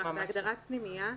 בהגדרת פנימייה,